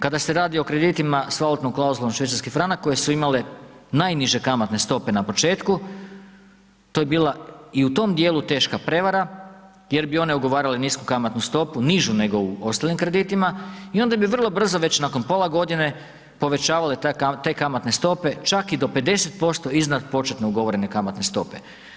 Kada se radi o kreditima s valutnom klauzulom švicarski franak koje su imale najniže kamatne stope na početku to je bila i u tom dijelu teška prijevara jer bi one ugovarale nisku kamatnu stopu, nižu nego u ostalim kreditima i onda bi vrlo brzo već nakon pola godine povećavale te kamatne stope čak i do 50% iznad početno ugovorene kamatne stope.